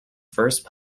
first